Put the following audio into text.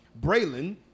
Braylon